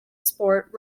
sport